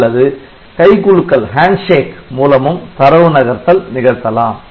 அல்லது கைகுலுக்கல் மூலமும் தரவு நகர்த்தல் நிகழ்த்தலாம்